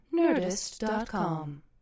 Nerdist.com